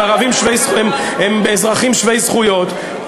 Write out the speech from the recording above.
הם אזרחי שווי זכויות,